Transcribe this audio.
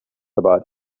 about